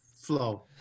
flow